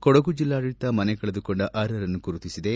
ಕೊಡಗು ಜಿಲ್ಲಾಡಳಿತ ಮನೆ ಕಳೆದುಕೊಂಡ ಅರ್ಹರನ್ನು ಗುರುತಿಸಿದೆ